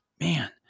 man